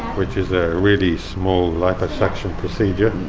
which is a really small liposuction procedure.